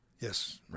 Yes